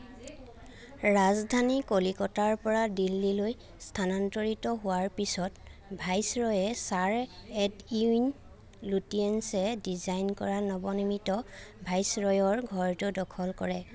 ৰাজধানী কলিকতাৰ পৰা দিল্লীলৈ স্থানান্তৰিত হোৱাৰ পিছত ভাইচৰয়ে ছাৰ এডউইন লুটিয়েন্সে ডিজাইন কৰা নৱনিৰ্মিত ভাইচৰয়ৰ ঘৰটো দখল কৰে